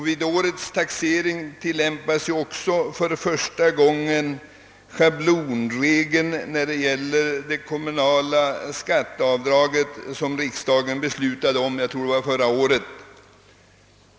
Vid årets taxering tillämpas för första gången den schablonregel för avdrag av kommunalskatt, som riksdagen fattade beslut om förra året.